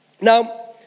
Now